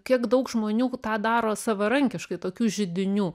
kiek daug žmonių tą daro savarankiškai tokių židinių